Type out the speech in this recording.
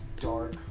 Dark